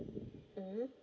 mm